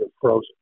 frozen